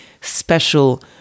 special